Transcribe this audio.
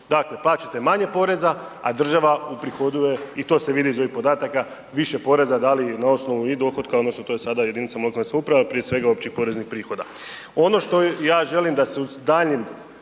Dakle, plaćate manje poreza, a država uprihoduje i to se vidi iz ovih podataka, više poreza dali i na osnovu i dohotka tj. to je sada jedinica lokalne samouprave, a prije svega općih poreznih prihoda.